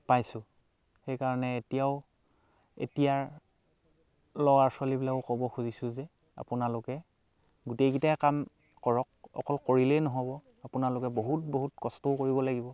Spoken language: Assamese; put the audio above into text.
পাইছোঁ সেইকাৰণে এতিয়াও এতিয়াৰ ল'ৰা ছোৱালীবিলাকক ক'ব খুজিছোঁ যে আপোনালোকে গোটেইকেইটা কাম কৰক অকল কৰিলেই নহ'ব আপোনালোকে বহুত বহুত কষ্টও কৰিব লাগিব